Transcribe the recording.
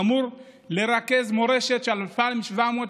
אמור לרכז מורשת של 2,700,